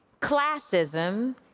classism